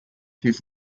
his